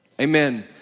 Amen